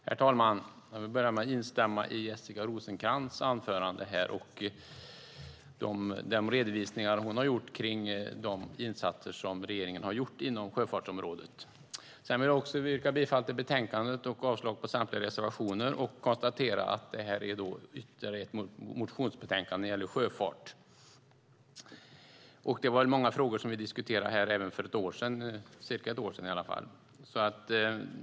Herr talman! Jag vill börja med att instämma i Jessica Rosencrantz anförande och de redovisningar hon gjorde av de insatser som regeringen har gjort inom sjöfartsområdet. Jag vill också yrka bifall till förslaget i betänkandet och avslag på samtliga reservationer. Jag konstaterar att det här är ytterligare ett motionsbetänkande när det gäller sjöfart. Det är många frågor som vi diskuterade här även för cirka ett år sedan.